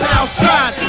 outside